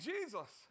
Jesus